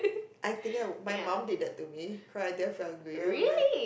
I think I would my mum did that to me cry until I feel hungry I'm like